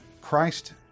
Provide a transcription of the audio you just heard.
Christ